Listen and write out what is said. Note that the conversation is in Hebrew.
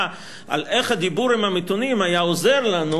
על איך הדיבור עם המתונים היה עוזר לנו,